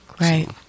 Right